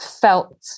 felt